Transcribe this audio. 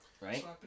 right